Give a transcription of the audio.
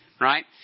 right